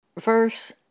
Verse